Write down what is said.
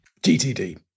GTD